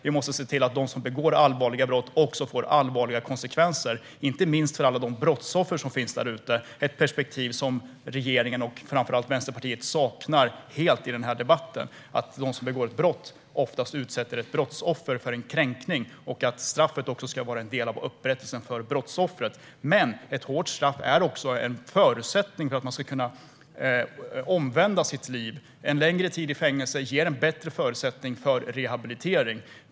Vi måste se till att allvarliga brott också får allvarliga konsekvenser. Det gäller inte minst för alla brottsoffer - ett perspektiv som regeringen och framför allt Vänsterpartiet saknar i den här debatten. De som begår ett brott brukar ofta utsätta ett brottsoffer för en kränkning. Straffet ska också vara en del av upprättelsen för brottsoffret. Men ett hårt straff är också en förutsättning för att man ska kunna vända på sitt liv. En längre tid i fängelse ger en bättre förutsättning för rehabilitering.